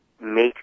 make